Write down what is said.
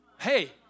Hey